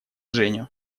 женю